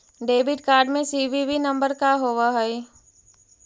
Debit card में CVV number का होव हइ?